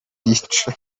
yica